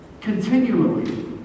continually